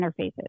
interfaces